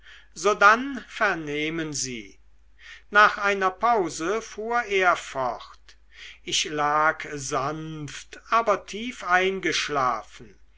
sodann vernehmen sie nach einer pause fuhr er fort ich lag sanft aber tief eingeschlafen